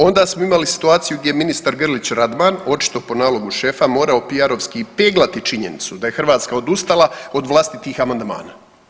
Onda smo imali situaciju gdje ministar Grlić Radman očito po nalogu šefa morao PR-ovski peglati činjenicu da je Hrvatska odustala od vlastitih amandmana.